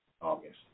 August